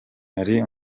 hari